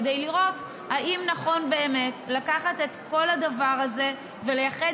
כדי לראות אם נכון באמת לקחת את כל הדבר הזה ולייחד